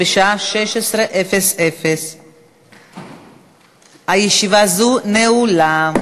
בשעה 16:00. ישיבה זו נעולה.